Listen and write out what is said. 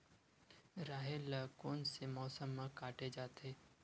राहेर ल कोन से मौसम म काटे जाथे?